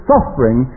suffering